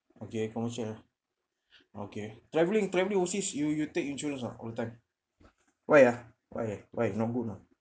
okay commercial okay traveling traveling overseas you you take insurance ah all the time why ah why why no good lah